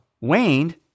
waned